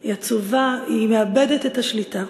היא עצובה, היא מאבדת את השליטה.